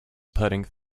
pudding